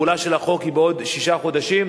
התחילה של החוק היא בעוד שישה חודשים,